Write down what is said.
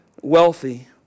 wealthy